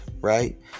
right